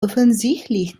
offensichtlich